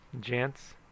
gents